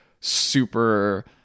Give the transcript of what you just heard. super